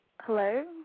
Hello